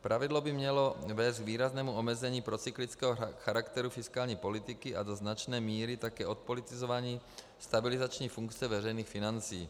Pravidlo by mělo vést k výraznému omezení procyklického charakteru fiskální politiky a do značné míry také odpolitizování stabilizační funkce veřejných financí.